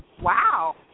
wow